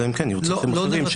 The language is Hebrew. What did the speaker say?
אלא אם כן יהיו צרכים אחרים.